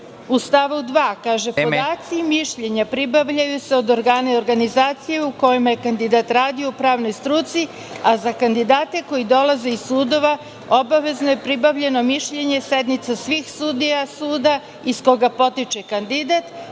Vreme.)…kaže - podaci i mišljenje pribavljaju se od organa i organizacije u kojima je kandidat radio u pravnoj struci, a za kandidate koji dolaze iz sudova, obavezno je pribavljeno mišljenje sednica svih sudija suda iz koga potiče kandidat,